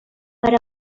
per